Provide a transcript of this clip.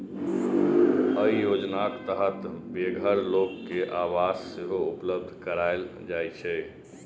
अय योजनाक तहत बेघर लोक कें आवास सेहो उपलब्ध कराएल जाइ छै